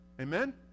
Amen